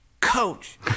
coach